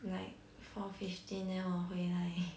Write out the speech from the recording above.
like four fifteen then 我回来